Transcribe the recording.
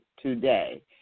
today